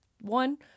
one